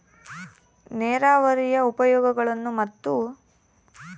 ನೇರಾವರಿಯ ಉಪಯೋಗಗಳನ್ನು ಮತ್ತು?